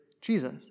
Jesus